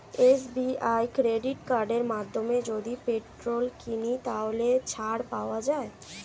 SBI credit কার্ডের মাধ্যমে যদি পেট্রোল কিনি তাহলে কি ছাড় পাওয়া যায়?